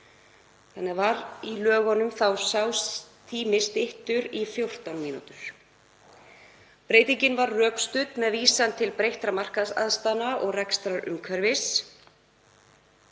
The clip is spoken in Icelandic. mínútum. Í lögunum var sá tími styttur í 14 mínútur. Breytingin var rökstudd með vísan til breyttra markaðsaðstæðna og rekstrarumhverfis.